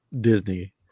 Disney